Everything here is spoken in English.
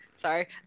sorry